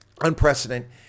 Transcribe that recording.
unprecedented